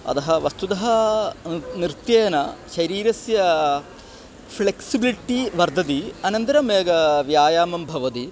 अतः वस्तुतः नुर् नृत्येन शरीरस्य फ़्लेक्सिबिलिट्टी वर्तति अनन्तरम् एकं व्यायामं भवति